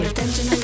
Attention